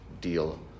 deal